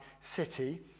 city